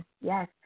Yes